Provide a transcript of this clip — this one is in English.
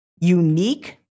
unique